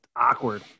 awkward